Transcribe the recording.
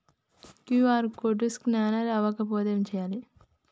QR code scanner అవ్వకపోతే ఏం చేయాలి?